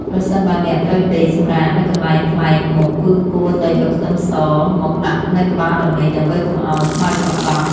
ប្រសិនបើអ្នកត្រូវដេកសម្រាកនៅកន្លែងប្លែកមុខគឺគួរតែយកខ្ទឹមសមកដាក់នៅក្បាលដំណេកដើម្បីកុំឱ្យខ្មោចសង្កត់។